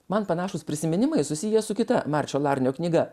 man panašūs prisiminimai susiję su kita marčio larnio knyga